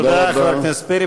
תודה, חבר הכנסת פרי.